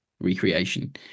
recreation